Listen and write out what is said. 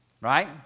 Right